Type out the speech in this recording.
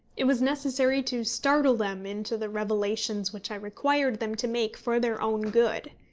it was necessary to startle them into the revelations which i required them to make for their own good.